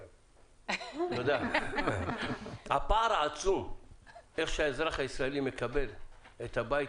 ויש פער עצום בין איך שהאזרח הישראלי מקבל את הבית